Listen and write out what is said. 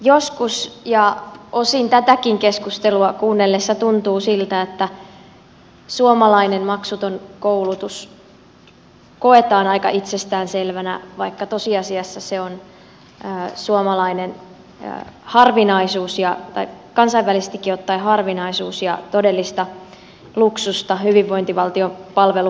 joskus ja osin tätäkin keskustelua kuunnellessa tuntuu siltä että suomalainen maksuton koulutus koetaan aika itsestään selvänä vaikka tosiasiassa se on kansainvälisestikin ottaen harvinaisuus ja todellista luksusta hyvinvointivaltion palvelu parhaimmillaan